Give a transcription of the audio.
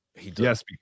Yes